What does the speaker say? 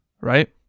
right